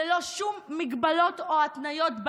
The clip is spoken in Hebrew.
ללא שום הגבלות או התניות,